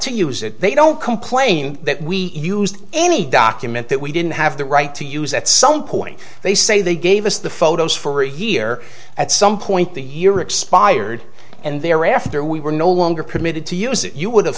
to use it they don't complain that we used any document that we didn't have the right to use at some point they say they gave us the photos for here at some point the year expired and thereafter we were no longer permitted to use it you would have